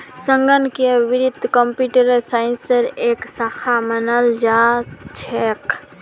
संगणकीय वित्त कम्प्यूटर साइंसेर एक शाखा मानाल जा छेक